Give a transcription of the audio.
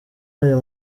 aya